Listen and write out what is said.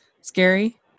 Scary